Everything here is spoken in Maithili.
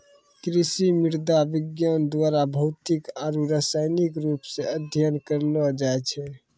कृषि मृदा विज्ञान द्वारा भौतिक आरु रसायनिक रुप से अध्ययन करलो जाय छै